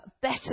better